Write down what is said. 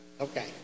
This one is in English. Okay